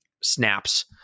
snaps